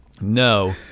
no